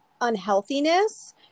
unhealthiness